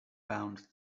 bound